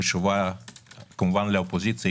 כמובן לאופוזיציה,